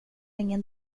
ingen